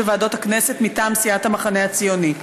בוועדות הכנסת מטעם סיעת המחנה הציוני: